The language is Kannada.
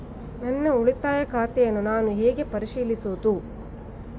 ನನ್ನ ಉಳಿತಾಯ ಖಾತೆಯನ್ನು ನಾನು ಹೇಗೆ ಪರಿಶೀಲಿಸುವುದು?